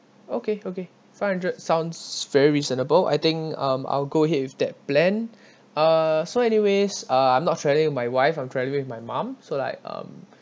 okay okay five hundred sounds very reasonable I think um I'll go ahead with that plan uh so anyways uh I'm not travelling my wife I'm travelling with my mum so like um